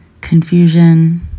confusion